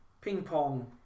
ping-pong